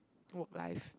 work life